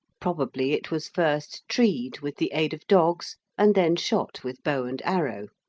probably it was first treed with the aid of dogs and then shot with bow and arrow.